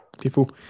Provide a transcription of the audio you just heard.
people